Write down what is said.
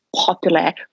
popular